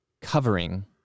covering